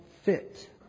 fit